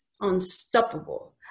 unstoppable